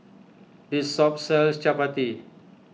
this shop sells Chapati